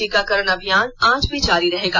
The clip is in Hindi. टीकाकरण अभियान आज भी जारी रहेगा